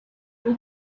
two